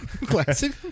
classic